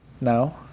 no